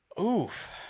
Oof